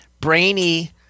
brainy